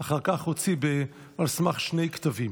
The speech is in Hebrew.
אחר כך הוציא על סמך דבריו שני כתבים.